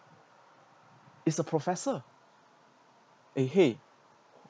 is a professor eh !hey!